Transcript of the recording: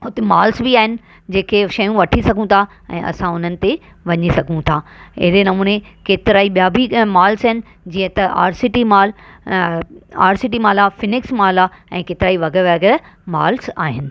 उते मॉल्स बि आहिनि जेके शयूं वठी सघूं था ऐं असां उन्हनि ते वञी सघूं था अहिड़े नमूने केतिरा ई ॿिया बि मॉल्स आहिनि जीअं त R C T mall R C T mall आहे फ़िनिक्स मॉल आहे ऐं केतिरा ई वग़ैरह वग़ैरह मॉल्स आहिनि